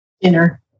Dinner